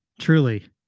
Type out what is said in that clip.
Truly